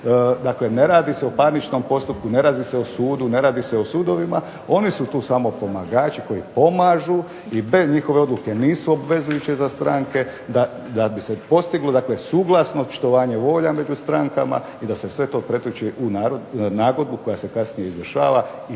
dakle ne radi se o parničnom postupku, ne radi se o sudu, ne radi se o sudovima, oni su tu samo pomagači koji pomažu i te njihove odluke nisu obvezujuće za stranke da bi se postiglo suglasno očitovanje volja među strankama i da se sve to pretoči u nagodbu koja se kasnije izvršava.